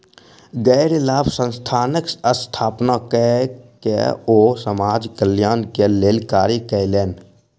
गैर लाभ संस्थानक स्थापना कय के ओ समाज कल्याण के लेल कार्य कयलैन